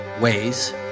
ways